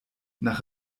nach